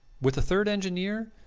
with the third engineer?